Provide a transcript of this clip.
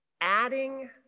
adding